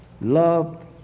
Love